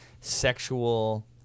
sexual